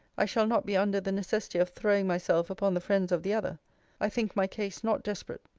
i shall not be under the necessity of throwing myself upon the friends of the other i think my case not desperate.